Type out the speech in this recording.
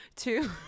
Two